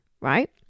right